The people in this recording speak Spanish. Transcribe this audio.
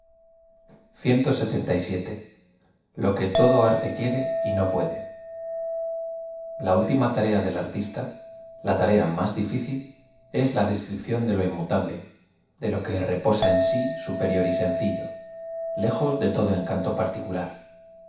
ei o que todo arte quiere y no puede l a última tarea del artista la tarea más difícil es la descripción de lo inmutable de lo que reposa en si superior y seocillo lejos de todo encasto particular